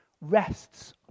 rests